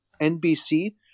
NBC